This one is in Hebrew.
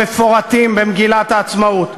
המפורטים במגילת העצמאות?